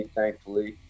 thankfully